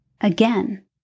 Again